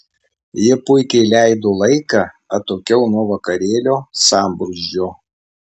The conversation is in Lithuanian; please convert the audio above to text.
ji puikiai leido laiką atokiau nuo vakarėlio sambrūzdžio